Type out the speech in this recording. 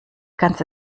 ganze